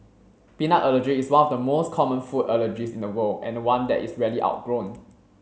peanut allergy is one of the most common food allergies in the world and one that is rarely outgrown